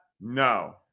No